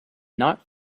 not